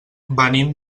venim